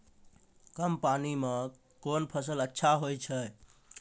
कम पानी म कोन फसल अच्छाहोय छै?